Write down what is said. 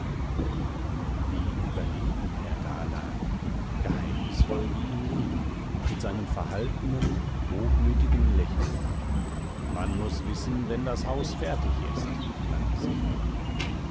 wie überlegen er dalag geheimnisvoll wie im leben mit seinem verhaltenen hochmütigen lächeln man muß wissen wenn das haus fertig ist klang es in mir